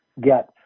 get